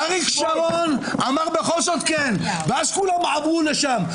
אריק שרון אמר בכל זאת כן ואז כולם נהרו לשם.